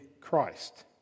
Christ